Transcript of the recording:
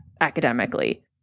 academically